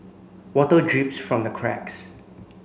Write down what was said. water drips from the cracks